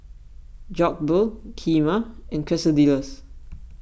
Jokbal Kheema and Quesadillas